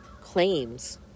claims